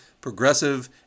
progressive